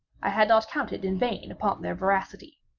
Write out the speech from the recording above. i had not counted in vain upon their voracity.